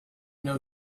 know